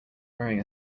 wearing